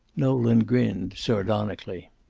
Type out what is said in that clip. nolan grinned sardonically.